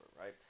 right